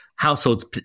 households